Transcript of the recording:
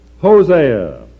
Hosea